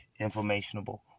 informationable